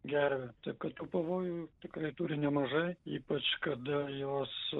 gervę taip kad tų pavojų tikrai turi nemažai ypač kada jos